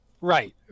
Right